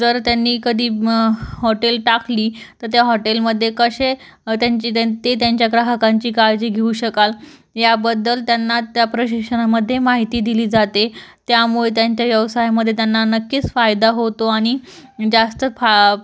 जर त्यांनी कधी हॉटेल टाकली तर तेव्हा हॉटेलमध्ये कसे त्यांची त्यां ते त्यांच्या ग्राहकांची काळजी घेऊ शकाल याबद्दल त्यांना त्या प्रशिक्षणामध्ये माहिती दिली जाते त्यामुळे त्यांच्या व्यवसायमध्ये त्यांना नक्कीच फायदा होतो आणि जास्त फाय